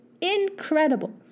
incredible